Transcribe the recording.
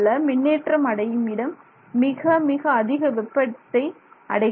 மின்னேற்றம் அடையும் இடம் மிக மிக அதிக வெப்பத்தை அடைகிறது